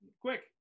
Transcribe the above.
quick